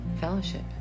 fellowship